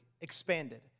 expanded